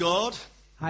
God